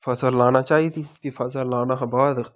फसल लानी चाहिदी फ्ही फसल लाने हा बाद